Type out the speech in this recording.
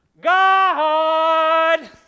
God